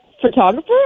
photographer